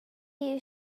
you